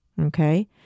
Okay